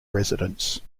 residents